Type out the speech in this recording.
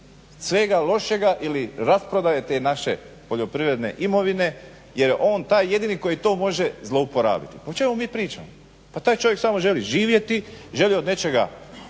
svega lošega ili rasprodaje te naše poljoprivredne imovine jer je on taj jedini koji to može zlouporabiti. O čemu mi pričamo, pa taj čovjek samo želi živjeti, želi raditi